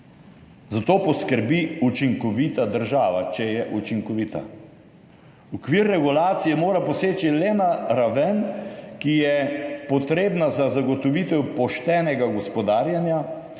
Za to poskrbi učinkovita država, če je učinkovita. Okvir regulacije mora poseči le na raven, ki je potrebna za zagotovitev poštenega gospodarjenja.